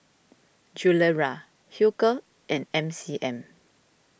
Gilera Hilker and M C M